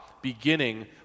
beginning